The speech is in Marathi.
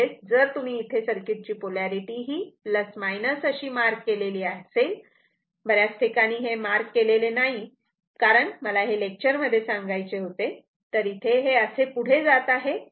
म्हणजेच जर तुम्ही इथे सर्किट ची पोलारिटी ही अशी मार्क मार्क केलेली आहे बऱ्याच ठिकाणी मी हे मार्क केलेले नाही कारण मला हे लेक्चर मध्ये सांगायचे होते तर इथे हे असे पुढे जात आहे